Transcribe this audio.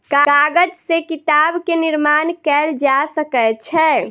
कागज से किताब के निर्माण कयल जा सकै छै